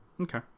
Okay